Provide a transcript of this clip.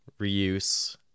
reuse